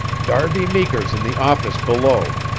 darby meeker's in the office below,